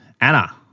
Anna